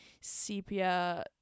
sepia